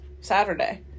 Saturday